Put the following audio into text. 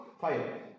fire